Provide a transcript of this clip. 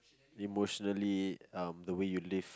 emotionally um the way you live